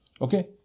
Okay